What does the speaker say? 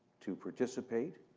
to participate,